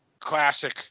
classic